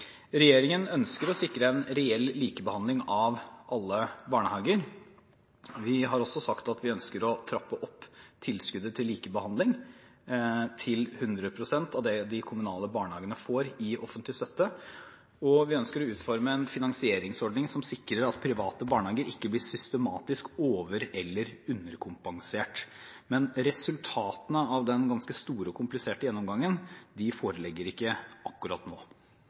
Regjeringen ønsker å sikre reell likebehandling av alle barnehager. Vi har også sagt at vi ønsker å trappe opp tilskuddet til likebehandling til 100 pst. av det de kommunale barnehagene får i offentlig støtte, og vi ønsker å utforme en finansieringsordning som sikrer at private barnehager ikke blir systematisk over- eller underkompensert. Men resultatene av den ganske store og kompliserte gjennomgangen foreligger ikke akkurat nå.